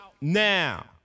now